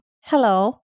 Hello